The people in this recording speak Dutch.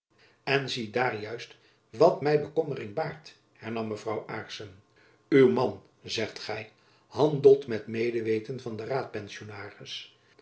en ziedaar juist wat my bekommering baart hernam mevrouw aarssen uw man zegt gy handelt met medeweten van den raadpensionaris